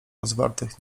rozwartych